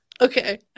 Okay